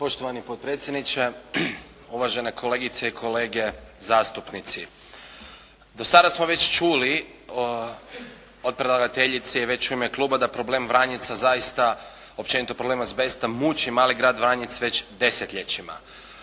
Poštovani potpredsjedniče, uvažene kolegice i kolege zastupnici. Do sada smo već čuli od predlagateljice i već u ime kluba da problem Vranjica zaista, općenito problem azbesta muči mali grad Vranjic već desetljećima.